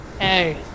Hey